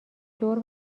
دور